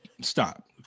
Stop